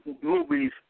movies